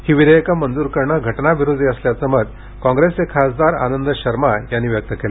ही विधेयकं मंजूर करणं घटनाविरोधी असल्याचं मत कॉंग्रेसचे खासदार आनंद शर्मा यांनी व्यक्त केलं